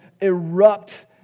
erupt